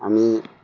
আমি